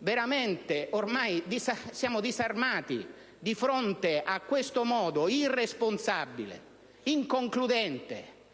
Siamo ormai disarmati di fronte a questo modo irresponsabile, inconcludente,